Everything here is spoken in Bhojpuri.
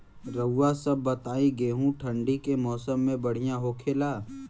रउआ सभ बताई गेहूँ ठंडी के मौसम में बढ़ियां होखेला?